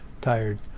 tired